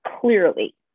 clearly